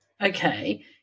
okay